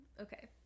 Okay